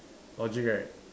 logic right